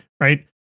right